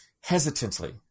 hesitantly